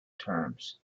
terms